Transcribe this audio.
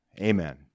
Amen